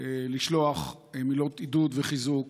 לשלוח מילות עידוד וחיזוק